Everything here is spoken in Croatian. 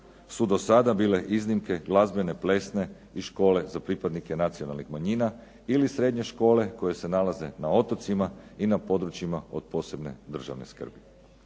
su do sada bile iznimke glazbene, plesne i škole za pripadnike nacionalnih manjina ili srednje škole koje se nalaze na otocima i na područjima od posebne državne skrbi.